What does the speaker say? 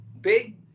big